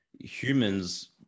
humans